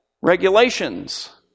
regulations